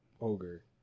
ogre